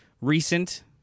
recent